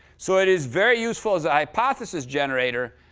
so it is very useful as a hypothesis generator,